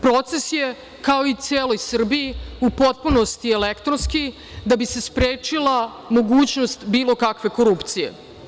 Proces je, kao i u celoj Srbiji, u potpunosti elektronski da bi se sprečila mogućnost bilo kakve korupcije.